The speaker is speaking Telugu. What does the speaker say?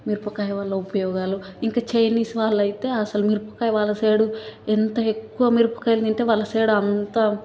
మిరపకాయ వల్ల ఉపయోగాలు ఇంకా చైనీస్ వాళ్ళు అయితే అసలు మిరపకాయి వాళ్ళ సైడు ఎంత ఎక్కువ మిరపకాయలు తింటే వాళ్ళ సైడు అంత